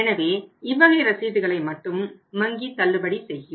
எனவே இவ்வகை ரசீதுகளை மட்டும் வங்கி தள்ளுபடி செய்யும்